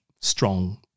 strong